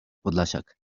podlasiak